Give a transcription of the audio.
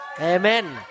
Amen